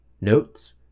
Notes